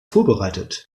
vorbereitet